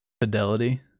fidelity